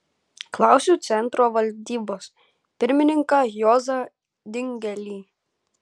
klausiu centro valdybos pirmininką juozą dingelį